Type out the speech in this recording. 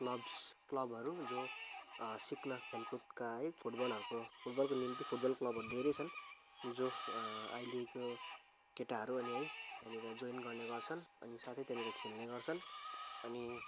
clubs क्लबहरू जो सिक्न खेलकुदका है फुटबलहरूको फुटबलको निम्ति फुटबल क्लबहरू धेरै छन् जो अहिलेको केटाहरू अनि है त्यहाँनिर जोइन गर्ने गर्छन् अनि साथै त्यहाँनिर खेल्ने गर्छन् अनि